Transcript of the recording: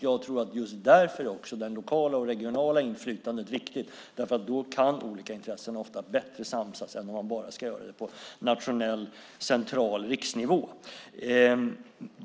Just därför är det regionala och lokala inflytandet viktigt. Då kan olika intressen bättre samsas än om man bara ska göra det på nationell, central riksnivå.